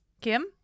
Kim